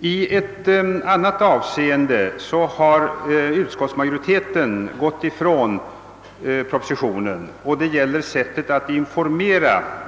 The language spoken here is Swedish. I ett annat avseende har utskottsmajoriteten gått ifrån propositionen. Det gäller sättet att